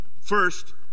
First